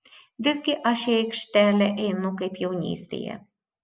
visgi aš į aikštelę einu kaip jaunystėje